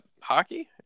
Hockey